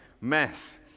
mess